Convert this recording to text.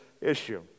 issue